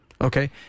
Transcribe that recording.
okay